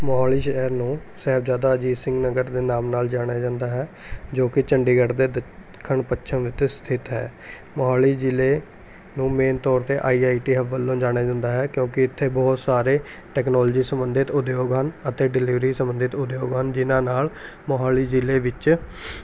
ਮੋਹਾਲੀ ਸ਼ਹਿਰ ਨੂੰ ਸਾਹਿਬਜ਼ਾਦਾ ਅਜੀਤ ਸਿੰਘ ਨਗਰ ਦੇ ਨਾਮ ਨਾਲ ਜਾਣਿਆ ਜਾਂਦਾ ਹੈ ਜੋ ਕਿ ਚੰਡੀਗੜ੍ਹ ਦੇ ਦੱਖਣ ਪੱਛਮ ਵਿੱਚ ਸਥਿਤ ਹੈ ਮੋਹਾਲੀ ਜ਼ਿਲ੍ਹੇ ਨੂੰ ਮੇਨ ਤੌਰ 'ਤੇ ਆਈ ਆਈ ਟੀ ਹਬ ਵੱਲੋਂ ਜਾਣਿਆ ਜਾਂਦਾ ਹੈ ਕਿਉਂਕਿ ਇੱਥੇ ਬਹੁਤ ਸਾਰੇ ਟੈਕਨੋਲੋਜੀ ਸੰਬੰਧਿਤ ਉਦਯੋਗ ਹਨ ਅਤੇ ਡਿਲੀਵਰੀ ਸੰਬੰਧਿਤ ਉਦਯੋਗ ਹਨ ਜਿਨ੍ਹਾਂ ਨਾਲ਼ ਮੋਹਾਲੀ ਜ਼ਿਲ੍ਹੇ ਵਿੱਚ